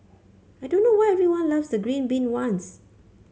I don't know why everyone loves the green bean ones